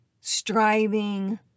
striving